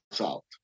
out